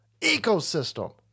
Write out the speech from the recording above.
ecosystem